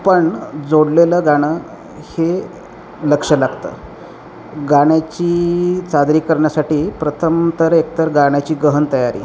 पण जोडलेलं गाणं हे लक्ष लागतं गाण्याची सादरीकरण्यासाठी प्रथम तर एकतर गाण्याची गहन तयारी